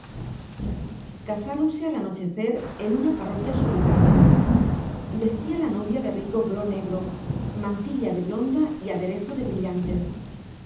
ciñeron casáronse al anochecer en una parroquia solitaria vestía la novia de rico gro negro mantilla de blonda y aderezo de brillantes